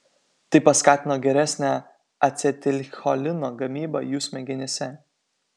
tai paskatino geresnę acetilcholino gamybą jų smegenyse